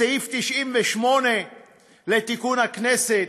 בסעיף 98 לתקנון הכנסת,